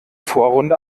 vorrunde